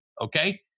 Okay